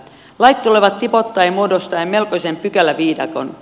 lait tulevat tipoittain muodostaen melkoisen pykäläviidakon